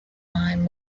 line